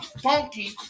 Funky